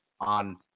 on